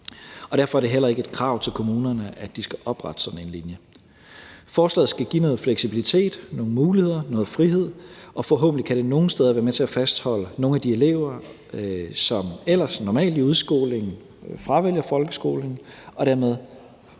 derfor er det heller ikke et krav til kommunerne, at de skal oprette sådan en linje. Forslaget skal give noget fleksibilitet, nogle muligheder, noget frihed, og forhåbentlig kan det nogle steder være med til at fastholde nogle af de elever, som ellers normalt i udskolingen fravælger folkeskolen, og dermed